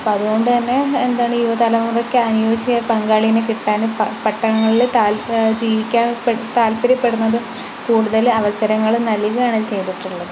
അപ്പം അതുകൊണ്ട്തന്നെ എന്താണ് യുവതലമുറയ്ക്ക് അനുയോജ്യമായ പങ്കാളിയെ കിട്ടാനും പ പട്ടണങ്ങളിൽ താൽ ജീവിക്കാൻ താൽപര്യപ്പെടുന്നത് കൂടുതൽ അവസരങ്ങൾ നൽകുകയാണ് ചെയ്തിട്ടുള്ളത്